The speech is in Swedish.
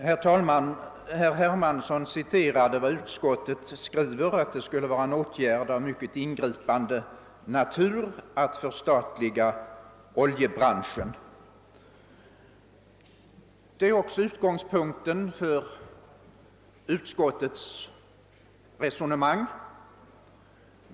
Herr talman! Herr Hermansson citerade vad utskottet skriver, att det skulle vara »en åtgärd av mycket ingripande natur» att förstatliga oljebranschen. Del är också utgångspunkten för utskottets resonemang.